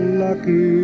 lucky